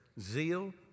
zeal